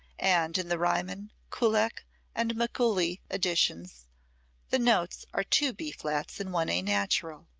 and in the riemann, kullak and mikuli editions the notes are two b flats and one a natural.